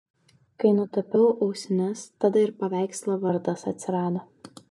kai nutapiau ausines tada ir paveikslo vardas atsirado